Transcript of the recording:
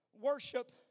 Worship